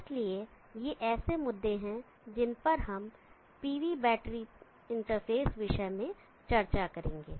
इसलिए ये ऐसे मुद्दे हैं जिन पर हम pv बैटरी इंटरफेस विषय मैं चर्चा करेंगे